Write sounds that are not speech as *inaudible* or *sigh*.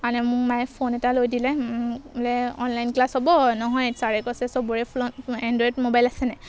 মানে মোক মায়ে ফোন এটা লৈ দিলে বোলে অনলাইন ক্লাছ হ'ব নহয় চাৰে কছে চবৰে *unintelligible* এণ্ড্ৰইড মোবাইল আছে নাই